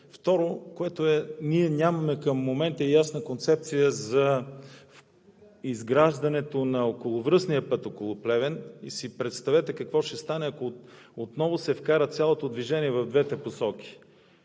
Второ, към момента ние нямаме ясна концепция за изграждането на околовръстния път около Плевен. Представете си какво ще стане, ако отново се вкара цялото движение в двете посоки